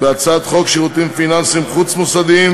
בהצעת חוק שירותים פיננסיים חוץ-מוסדיים